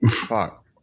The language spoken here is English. fuck